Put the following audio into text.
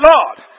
Lord